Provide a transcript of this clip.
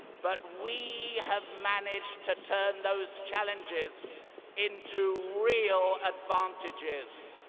but we have managed to turn those challenges into real advantages.